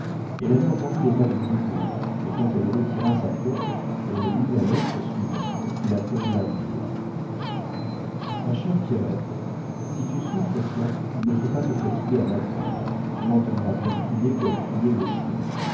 elle avait entendu les pas de brigaut et quand elle retira sa corde elle lut la lettre suivante qui la combla de joie ma chère pierrette si tu souffres tant il ne faut pas te fatiguer à m'attendre tu m'entendras bien crier comme criaient les chuins